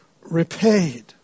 repaid